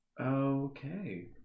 Okay